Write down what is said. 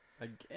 Again